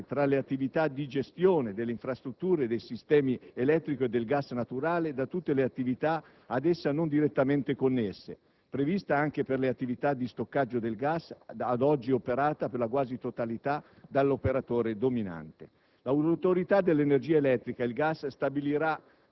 luogo, l'obbligo della separazione funzionale tra le attività di gestione delle infrastrutture dei sistemi elettrico e del gas naturale da tutte le attività ad essa non direttamente connesse (prevista anche per le attività di stoccaggio del gas, ad oggi operata per la quasi totalità dall'operatore dominante).